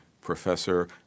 professor